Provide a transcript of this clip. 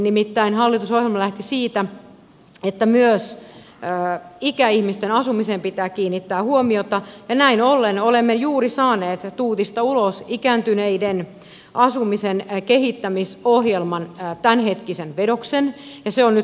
nimittäin hallitusohjelma lähti siitä että myös ikäihmisten asumiseen pitää kiinnittää huomiota ja näin ollen olemme juuri saaneet tuutista ulos ikääntyneiden asumisen kehittämisohjelman tämänhetkisen vedoksen ja se on nyt lausuntokierroksella